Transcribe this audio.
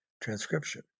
transcription